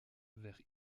vers